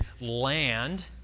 land